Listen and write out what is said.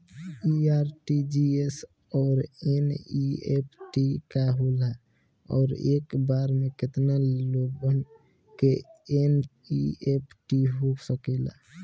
इ आर.टी.जी.एस और एन.ई.एफ.टी का होला और एक बार में केतना लोगन के एन.ई.एफ.टी हो सकेला?